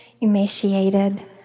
emaciated